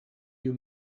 you